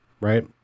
Right